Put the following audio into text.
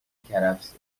کرفسه